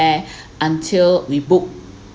until we book